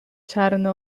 czarne